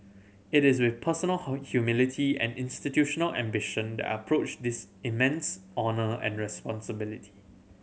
it is with personal humility and institutional ambition that I approach this immense honour and responsibility